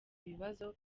ibibazo